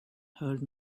heard